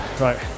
Right